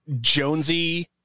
Jonesy